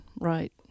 right